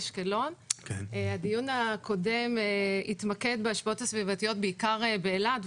הדיון הקודם התמקד בהשפעות הסביבתיות בעיקר באילת,